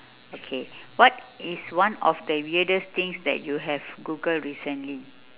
okay what is one of the weirdest things that you have googled recently